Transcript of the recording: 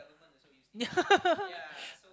yeah